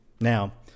Now